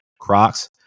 Crocs